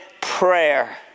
prayer